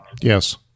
Yes